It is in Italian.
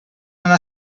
una